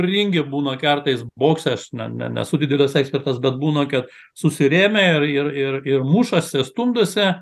ringe būna kartais boksas na ne nesu didelis ekspertas bet būna kad susirėmę ir ir ir ir mušasi stumdosi